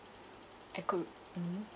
I could mm